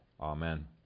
Amen